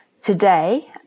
Today